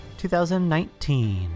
2019